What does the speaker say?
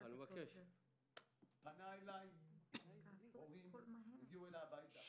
פנו אליי הורים, הגיעו לביתי.